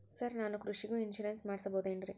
Sir ನಾನು ಕೃಷಿಗೂ insurance ಮಾಡಸಬಹುದೇನ್ರಿ?